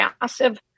massive